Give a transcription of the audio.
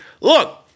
look